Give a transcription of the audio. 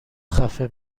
خفه